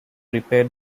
repair